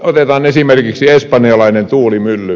otetaan esimerkiksi espanjalainen tuulimylly